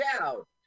out